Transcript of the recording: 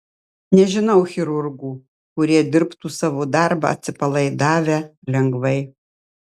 nežinau chirurgų kurie dirbtų savo darbą atsipalaidavę lengvai